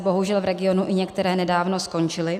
Bohužel v regionu i některé nedávno skončily.